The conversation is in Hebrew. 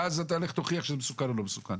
ואז לך תוכיח שזה מסוכן או לא מסוכן.